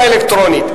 כרגע אלקטרונית.